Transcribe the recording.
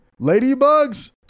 Ladybugs